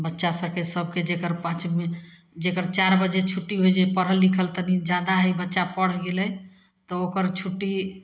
बच्चा सभके सभके जकर पाँचमी जकर चारि बजे छुट्टी होइ छै पढ़ल लिखल तनि जादा हइ बच्चा पढ़ि गेलै तऽ ओकर छुट्टी